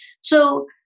So-